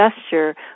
gesture